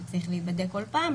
שצריך להיבדק כל פעם,